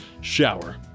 Shower